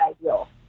ideal